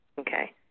Okay